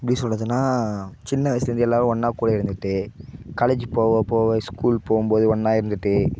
எப்படி சொல்லுகிறதுனா சின்ன வயசில் இருந்து எல்லோரும் ஒன்னா கூட இருந்துட்டு காலேஜ் போக போக ஸ்கூல் போகும்போது ஒண்ணா இருந்துட்டு